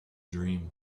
dream